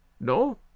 No